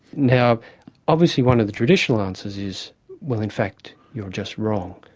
now obviously one of the traditional answers is well in fact you're just wrong,